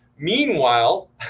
Meanwhile